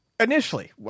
Initially